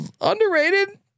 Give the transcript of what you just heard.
underrated